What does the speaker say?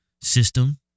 system